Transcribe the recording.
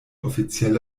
offiziell